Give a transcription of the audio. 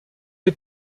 les